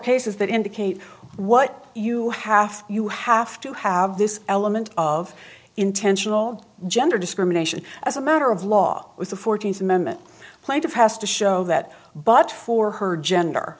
cases that indicate what you have you have to have this element of intentional gender discrimination as a matter of law with the fourteenth amendment plaintiff has to show that but for her gender